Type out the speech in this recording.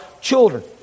children